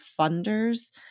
funders